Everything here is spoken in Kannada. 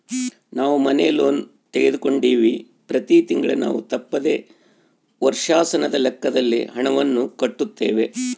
ನಾವು ಮನೆ ಲೋನ್ ತೆಗೆದುಕೊಂಡಿವ್ವಿ, ಪ್ರತಿ ತಿಂಗಳು ನಾವು ತಪ್ಪದೆ ವರ್ಷಾಶನದ ಲೆಕ್ಕದಲ್ಲಿ ಹಣವನ್ನು ಕಟ್ಟುತ್ತೇವೆ